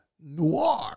Noir